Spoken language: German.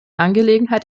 angelegenheit